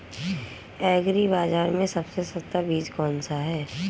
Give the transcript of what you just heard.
Agree बाज़ार में सबसे सस्ता बीज कौनसा है?